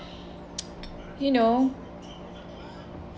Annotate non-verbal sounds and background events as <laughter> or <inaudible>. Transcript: <noise> you know